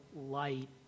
light